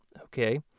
okay